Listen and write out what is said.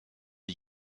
die